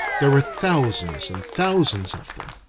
there were thousands and thousands of them.